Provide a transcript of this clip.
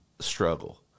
struggle